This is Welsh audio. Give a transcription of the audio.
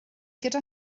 gyda